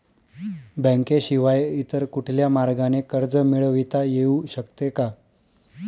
बँकेशिवाय इतर कुठल्या मार्गाने कर्ज मिळविता येऊ शकते का?